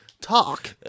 talk